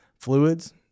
fluids